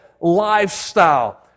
lifestyle